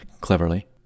cleverly